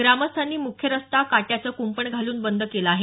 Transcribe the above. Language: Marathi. ग्रामस्थांनी मुख्य रस्ता काट्याचं कुंपण घालून बंद केला आहे